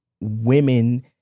women